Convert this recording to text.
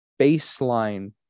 baseline